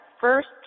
first